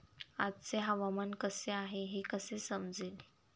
आजचे हवामान कसे आहे हे कसे समजेल?